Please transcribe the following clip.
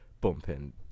bumping